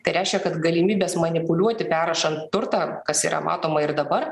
tai reiškia kad galimybės manipuliuoti perrašant turtą kas yra matoma ir dabar